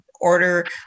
order